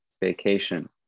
vacation